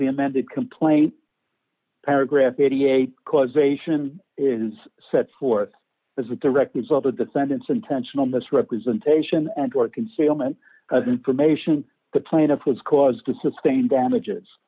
the amended complaint paragraph eighty eight causation is set forth as a direct result of the sentence intentional misrepresentation and or concealment of information the plaintiff was caused to sustain damages